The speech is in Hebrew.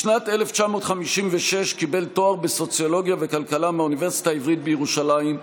בשנת 1956 קיבל תואר בסוציולוגיה וכלכלה מהאוניברסיטה העברית בירושלים,